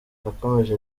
yakomeje